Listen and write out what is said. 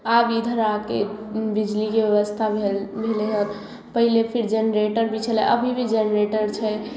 आब इधर आके बिजलीके व्यवस्था भेल भेलै हन पहिले फिर जेनरेटर भी छलै अभी भी जेनरेटर छै